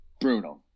brutal